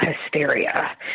hysteria